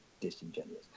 disingenuous